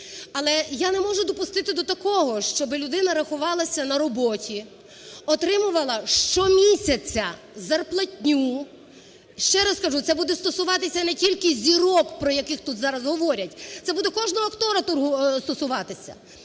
Але я не можу допустити до такого, щоби людина рахувалася на роботі, отримувала щомісяця зарплатню. Ще раз кажу, це буде стосуватися не тільки "зірок", про яких тут зараз говорять, це буде кожного актора стосуватися.